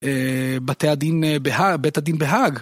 בתי הדין בהאג, בית הדין בהאג.